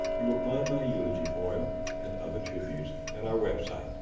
you will find my eulogy for him and other tributes at our website,